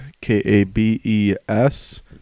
k-a-b-e-s